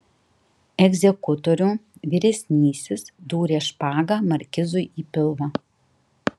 egzekutorių vyresnysis dūrė špaga markizui į pilvą